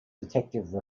detective